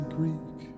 Greek